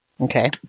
Okay